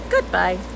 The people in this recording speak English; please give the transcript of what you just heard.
Goodbye